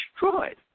destroyed